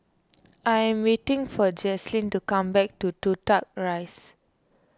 I am waiting for Jazlyn to come back to Toh Tuck Rise